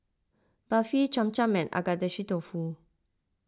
Barfi Cham Cham and Agedashi Dofu